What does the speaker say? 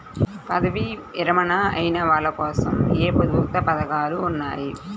పదవీ విరమణ అయిన వాళ్లకోసం ఏ ప్రభుత్వ పథకాలు ఉన్నాయి?